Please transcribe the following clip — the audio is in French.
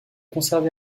conservé